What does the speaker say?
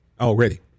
Already